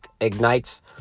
ignites